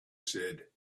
said